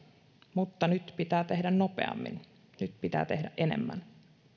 mutta nyt pitää tehdä nopeammin nyt pitää tehdä enemmän